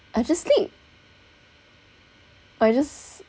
I just sleep or I just